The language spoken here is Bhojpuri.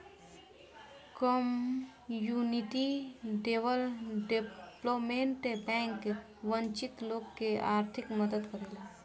कम्युनिटी डेवलपमेंट बैंक वंचित लोग के आर्थिक मदद करेला